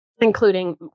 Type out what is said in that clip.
including